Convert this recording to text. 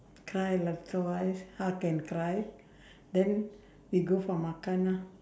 cry lah twice hug and cry then we go for makan ah